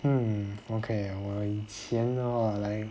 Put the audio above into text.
hmm okay 我以前的话 like